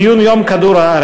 ציון יום כדור-הארץ,